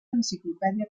enciclopèdia